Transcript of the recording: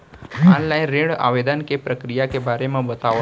Online ऋण आवेदन के प्रक्रिया के बारे म बतावव?